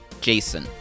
Jason